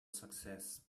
success